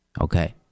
Okay